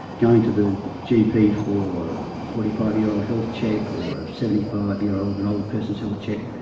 going to the gp for a forty five year old health check or a seventy five year old, an older person's health check,